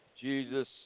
Jesus